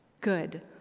good